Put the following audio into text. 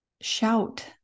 shout